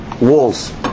walls